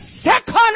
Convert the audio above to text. second